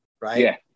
Right